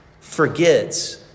forgets